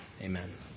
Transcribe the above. Amen